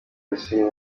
yashimye